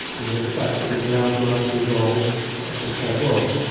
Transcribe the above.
you know, the fact that it allowed life to evolve, that's just how it was.